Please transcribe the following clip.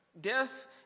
death